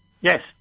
Yes